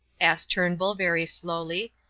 asked turnbull, very slowly,